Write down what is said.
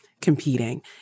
competing